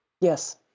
Yes